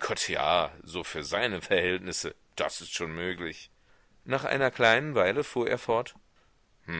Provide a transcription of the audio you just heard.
gott ja so für seine verhältnisse das ist schon möglich nach einer kleinen weile fuhr er fort